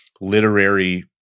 literary